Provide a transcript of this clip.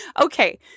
Okay